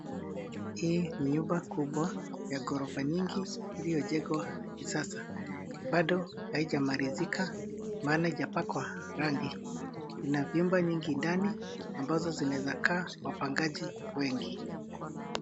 Hii ni nyumba kubwa ya ghorofa nyingi iliyojengwa kisasa. Bado haijamalizika maana haijapakwa rangi. Ina vyumba nyingi ndani, ambazo zinaeza kaa wapangaji wengi.